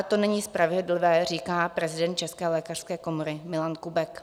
To není spravedlivé, říká prezident České lékařské komory Milan Kubek.